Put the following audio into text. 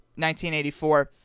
1984